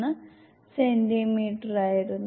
1 സെന്റീമീറ്ററായിരുന്നു